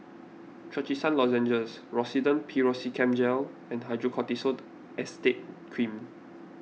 Trachisan Lozenges Rosiden Piroxicam Gel and Hydrocortisone Acetate Cream